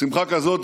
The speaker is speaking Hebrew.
בשמחה גדולה.